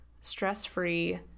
stress-free